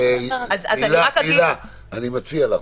אני מציע לך,